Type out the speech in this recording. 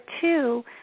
two